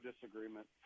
disagreement